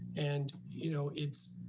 and you know, it's,